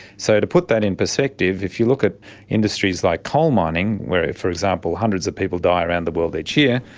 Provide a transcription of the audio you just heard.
so, to put that in perspective, if you look at industries like coal mining where, for example, hundreds of people die around the world each year,